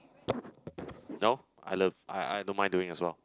no I love I I don't mind doing as well